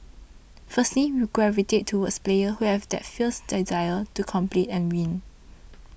firstly we gravitate towards players who have that fierce desire to compete and win